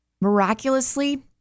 Miraculously